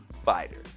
fighter